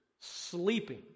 sleeping